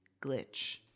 Glitch